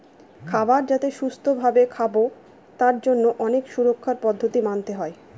খাবার যাতে সুস্থ ভাবে খাবো তার জন্য অনেক সুরক্ষার পদ্ধতি মানতে হয়